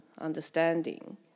understanding